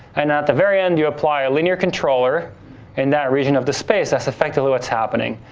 and at the very end, you apply a linear controller in that region of the space. that's effectively what's happening.